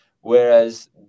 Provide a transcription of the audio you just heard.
whereas